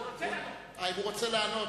הוא רוצה לענות.